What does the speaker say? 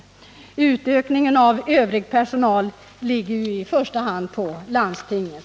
Ansvaret för utökningen av övrig personal ligger ju i första hand på landstingen.